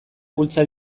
bultza